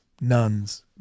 nuns